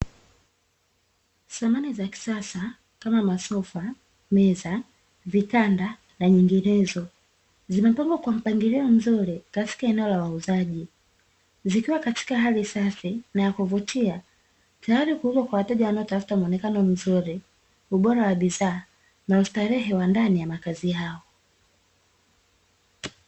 Samani za kisasa kama masofa, meza, vitanda, na nyinginezo zimepangwa kwa mpangilio mzuri katika eneo la wauzaji. Zikiwa katika hali safi na ya kuvutia tayari kuuzwa kwa wateja wanaotafuta muonekano mzuri, ubora wa bidhaa, na ustarehe wa ndani ya makazi yao.